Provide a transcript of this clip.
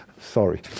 Sorry